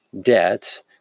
debts